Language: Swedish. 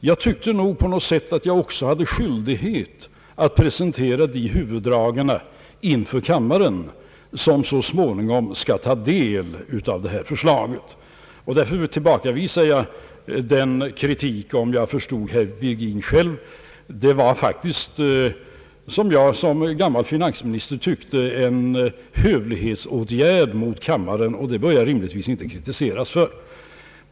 Jag tyckte att jag också hade skyldighet att presentera dessa huvuddrag inför kammaren, som så småningom skall ta del av detta förslag. Därför tillbakavisar jag herr Vir gins kritik, Det var faktiskt, som jag som gammal finansminister tyckte, en hövlighetsåtgärd mot kammaren, och det bör jag rimligtvis inte kritiseras för.